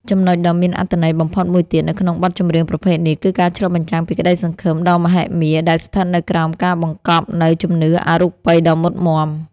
ចំណុចដ៏មានអត្ថន័យបំផុតមួយទៀតនៅក្នុងបទចម្រៀងប្រភេទនេះ គឺការឆ្លុះបញ្ចាំងពីក្តីសង្ឃឹមដ៏មហិមាដែលស្ថិតនៅក្រោមការបង្កប់នូវជំនឿអរូបីដ៏មុតមាំ។